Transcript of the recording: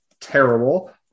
terrible